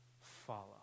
follow